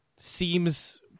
Seems